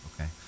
Okay